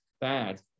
bad